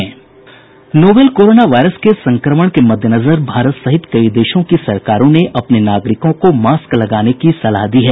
novel corona virus के संक्रमण के मद्देनजर भारत सहित कई देशों की सरकारों ने अपने नागरिकों को मास्क लगाने की सलाह दी है